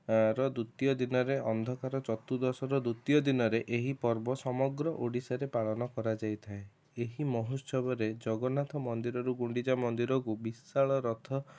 ଅ ର ଦ୍ୱତୀୟ ଦିନରେ ଅନ୍ଧକାର ଚତୁର୍ଦ୍ଦଶର ଦ୍ୱତୀୟ ଦିନରେ ଏହି ପର୍ବ ସମଗ୍ର ଓଡ଼ିଶାରେ ପାଳନ କରାଯାଇଥାଏ ଏହି ମହୋତ୍ସବରେ ଜଗନ୍ନାଥ ମନ୍ଦିରରୁ ଗୁଣ୍ଡିଚା ମନ୍ଦିରକୁ ବିଶାଳ ରଥ